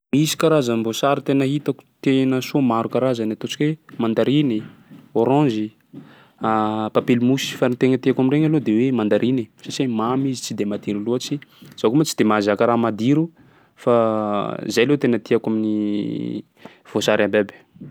Misy karazam-boasary tena hitako tena soa maro karazany, ataontsika hoe: mandariny, oranzy, pampelimosy, fa ny tegna tiako am'regny aloha de mandariny satsia mamy izy tsy dia madiro loatsy; zaho koa moa tsy dia mahazaka raha madiro fa zay aloha tena tiako amin'ny voasary abiaby.